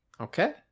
Okay